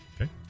Okay